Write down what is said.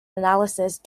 analyst